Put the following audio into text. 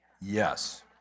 Yes